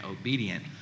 obedient